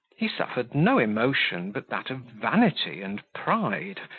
he suffered no emotion but that of vanity and pride,